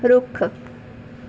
ਰੁੱਖ